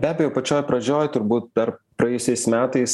be abejo pačioj pradžioj turbūt dar praėjusiais metais